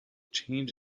change